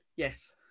Yes